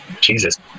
Jesus